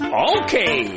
okay